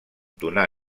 donà